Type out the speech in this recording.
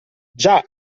già